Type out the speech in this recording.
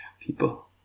people